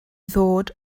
ddod